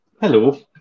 hello